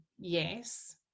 yes